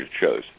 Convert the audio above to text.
shows